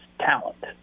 talent